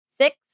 six